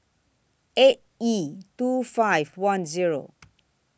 eight E two five one Zero